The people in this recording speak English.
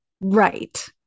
Right